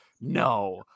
No